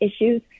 issues